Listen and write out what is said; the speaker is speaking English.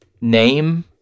name